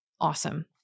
awesome